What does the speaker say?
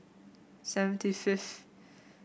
seventy fifth